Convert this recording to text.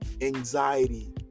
anxiety